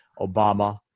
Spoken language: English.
Obama